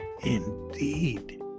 indeed